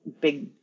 big